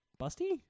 busty